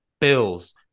Bills